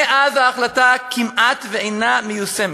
מאז, ההחלטה כמעט שאינה מיושמת.